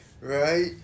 Right